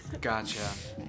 Gotcha